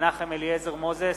מנחם אליעזר מוזס,